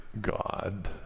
God